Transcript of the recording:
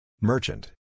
Merchant